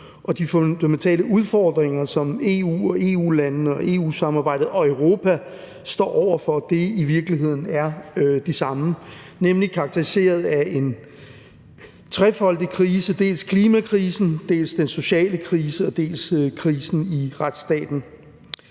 og de fundamentale udfordringer, som EU, EU-landene, EU-samarbejdet og Europa står over for, i virkeligheden er de samme, nemlig karakteriseret af en trefoldig krise: dels klimakrisen, dels den sociale krise, dels krisen i retsstaten.